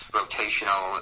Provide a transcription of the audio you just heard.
rotational